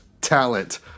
talent